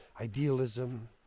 idealism